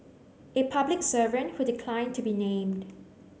a public servant who declined to be named